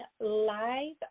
live